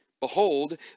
Behold